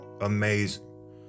Amazing